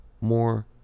more